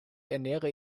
ernähre